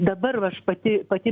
dabar va aš pati pati mes